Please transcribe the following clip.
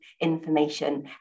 information